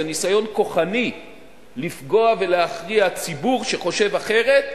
זה ניסיון כוחני לפגוע ולהכריע ציבור שחושב אחרת,